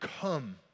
come